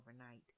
overnight